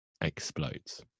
explodes